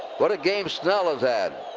what a game snell has had.